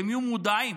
שיהיו מודעים,